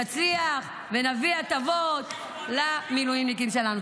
נצליח ונביא הטבות למילואימניקים שלנו.